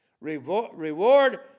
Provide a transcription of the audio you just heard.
Reward